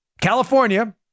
California